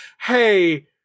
hey